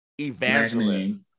evangelist